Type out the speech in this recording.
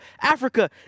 Africa